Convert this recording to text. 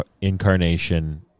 incarnation